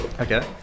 okay